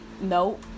no